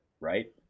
right